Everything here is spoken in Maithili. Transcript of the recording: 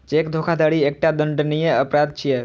चेक धोखाधड़ी एकटा दंडनीय अपराध छियै